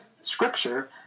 Scripture